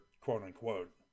quote-unquote